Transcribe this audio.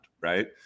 right